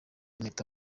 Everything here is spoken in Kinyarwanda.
impeta